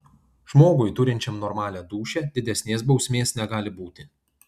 žmogui turinčiam normalią dūšią didesnės bausmės negali būti